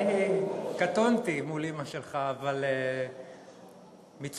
גם אימא שלי חושבת ככה.